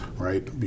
right